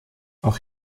auch